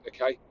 okay